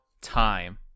time